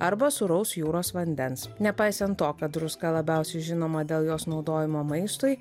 arba sūraus jūros vandens nepaisant to kad druska labiausiai žinoma dėl jos naudojimo maistui